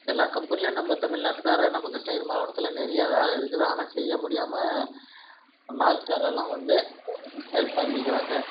எல்லா கம்பெனிலையும் நம்ம தமிழ்நாட்டுக்காரர் நம்ம கிருஷ்ணகிரி மாவட்டத்தில் நிறையா வேலை இருக்குது ஆனால் செய்யமுடியாமல் நார்த்காரரெலாம் வந்து ஹெல்ப் பண்ணிக்கிறாங்க